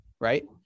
Right